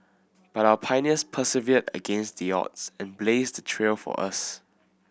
but our pioneers persevered against the odds and blazed the trail for us